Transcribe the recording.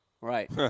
Right